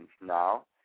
now